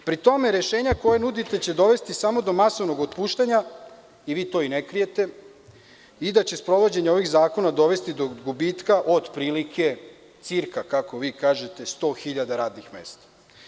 Pri tome, rešenja koja nudite će dovesti samo do masovnog otpuštanja, vi to i ne krijete i da će sprovođenje ovih zakona dovesti do gubitka, otprilike, cirka, kako vi kažete, 100.000 radnih mesta.